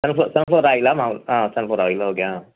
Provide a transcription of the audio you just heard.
sunflower sunflower ఆయిలా మామూలు sunflower oil okay